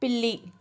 పిల్లి